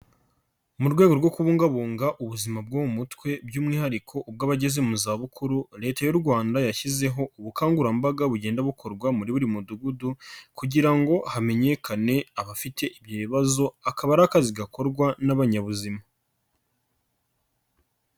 Mu rwego rwo kubungabunga ubuzima bwo mu mutwe by'umwihariko ubw'abageze mu zabukuru, Leta y'u Rwanda yashyizeho ubukangurambaga bugenda bukorwa muri buri mudugudu kugira ngo hamenyekane abafite ibyo bibazo, akaba ari akazi gakorwa n'abanyabuzima.